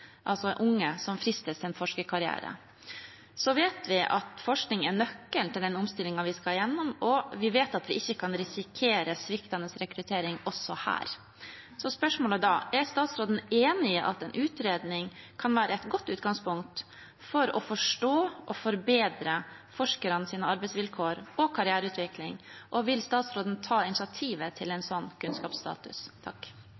forskerkarriere. Vi vet at forskning er nøkkelen til den omstillingen vi skal igjennom, og vi vet at vi ikke kan risikere sviktende rekruttering også her. Så spørsmålet er da: Er statsråden enig i at en utredning kan være et godt utgangspunkt for å forstå og forbedre forskernes arbeidsvilkår og karriereutvikling, og vil statsråden ta initiativet til en